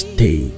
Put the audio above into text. Stay